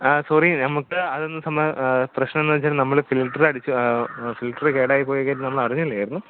sorry നമുക്ക് അതെ പ്രശ്നമെന്തെന്ന് വച്ചാൽ നമ്മൾ ഫിൽട്ടർ അടിച്ചു ഫിൽട്ടറ് കേടായിപ്പോയ കാര്യം നമ്മൾ അറിഞ്ഞില്ലായിരുന്നു